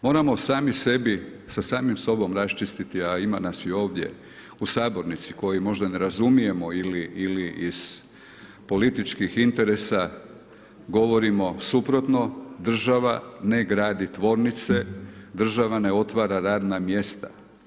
Moramo sami sebi, sa samim sobom raščistiti a ima nas i ovdje u sabornici koji možda ne razumijemo ili iz političkih interesa govorimo suprotno, država ne gradi tvornice, država ne otvara radna mjesta.